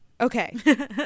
Okay